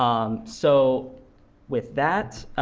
um so with that,